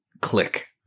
Click